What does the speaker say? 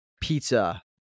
pizza